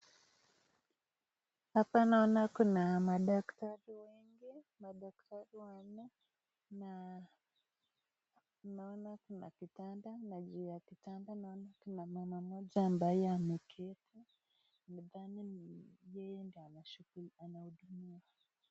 Hapa naona kuna madaktari wengi. Madaktari wanne na naona kuna kitanda na juu ya kitanda naona kuna mama mmoja mbaye ameketi ni nathani ni yeye ndo anahudumiwa.